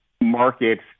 markets